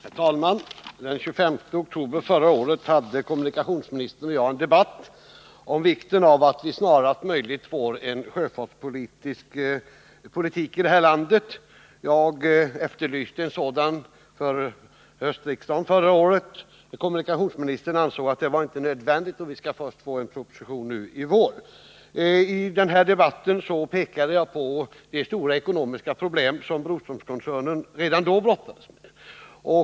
Herr talman! Den 25 oktober förra året hade kommunikationsministern och jag en debatt om vikten av att vi snarast möjligt får en sjöfartspolitik i detta land. Jag efterlyste en sjöfartspolitisk proposition till riksdagen förra hösten. Kommunikationsministern ansåg att det inte var nödvändigt att då lägga fram en sådan proposition, och först nu i vår får vi propositionen. I den debatten pekade jag på de stora ekonomiska problem som Broströmskoncernen redan då brottades med.